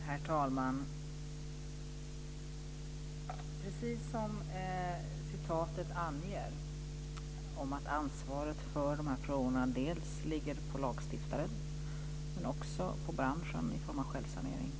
Herr talman! Precis som citatet anger ligger ansvaret för de här frågorna dels på lagstiftaren, dels på branschen i form av självsanering.